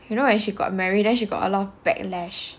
you know when she got married then she got a lot of backlash